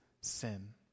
sin